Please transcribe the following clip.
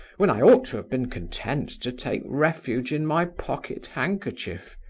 when i ought to have been content to take refuge in my pocket-handkerchief.